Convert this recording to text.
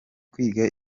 kwiga